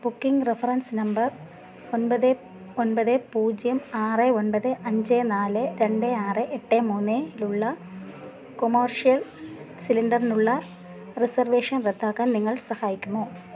booking reference number ഒൻപത് ഒൻപത് പൂജ്യം ആറ് ഒൻപത് അഞ്ച് നാല് രണ്ട് ആറ് എട്ട് മൂന്നിലുള്ള കൊമേർഷ്യൽ സിലിണ്ടറിനുള്ള റിസർവേഷൻ റദ്ദാക്കാൻ നിങ്ങൾ സഹായിക്കുമോ